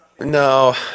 No